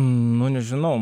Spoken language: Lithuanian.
nu nežinau